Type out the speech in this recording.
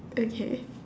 okay